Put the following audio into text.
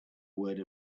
word